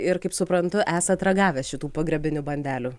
ir kaip suprantu esat ragavęs šitų pagrabinių bandelių